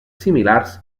similars